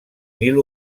nil